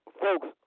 folks